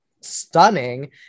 stunning